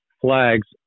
flags